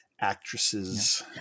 actresses